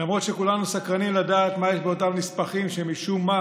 למרות שכולנו סקרנים לדעת מה יש באותם נספחים שמשום מה